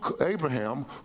Abraham